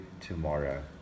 tomorrow